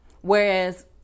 whereas